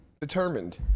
determined